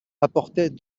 apportait